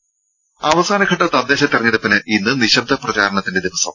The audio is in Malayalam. രെ അവസാനഘട്ട തദ്ദേശ തെരഞ്ഞെടുപ്പിന് ഇന്ന് നിശ്ശബ്ദ പ്രചാരണത്തിന്റെ ദിവസം